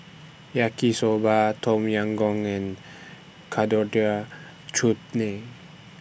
Yaki Soba Tom Yam Goong and Coriander Chutney